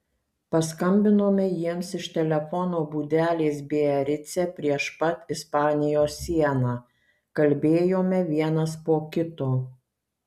paskambinome jiems iš telefono būdelės biarice prieš pat ispanijos sieną kalbėjome vienas po kito